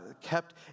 kept